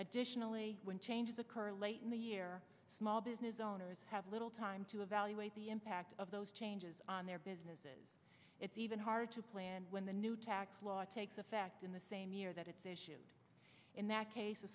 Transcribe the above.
additionally when changes occur late in the year small business owners have little time evaluate the impact of those changes on their businesses it's even hard to plan when the new tax law takes effect in the same year that it's issued in that case a